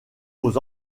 aux